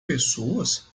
pessoas